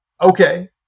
Okay